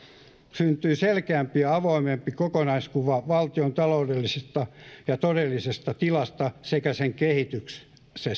syntyy selkeämpi ja avoimempi kokonaiskuva valtion taloudellisesta ja todellisesta tilasta sekä sen kehityksestä